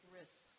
risks